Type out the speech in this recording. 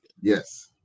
Yes